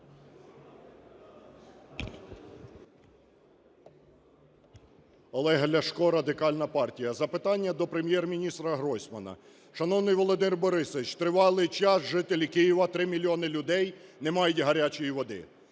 Олег Ляшко, Радикальна партія. Запитання до Прем'єр-міністра Гройсмана. Шановний Володимир Борисович, тривалий час жителі Києва, 3 мільйони людей, не мають гарячої води.